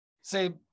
Say